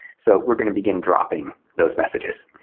so we're going to begin dropping those messages.